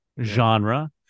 genre